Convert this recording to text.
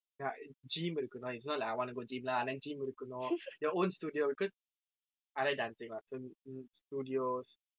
yeah gym இருக்கணும்:irukkanum it's not like I wanna go gym lah then gym இருக்கணும்:irukkanum your own studio because I like dancing what so studios